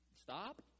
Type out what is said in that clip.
stop